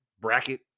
bracket